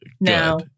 no